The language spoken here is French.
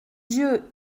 dieu